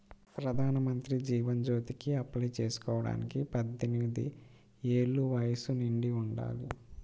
ప్రధానమంత్రి జీవన్ జ్యోతికి అప్లై చేసుకోడానికి పద్దెనిది ఏళ్ళు వయస్సు నిండి ఉండాలి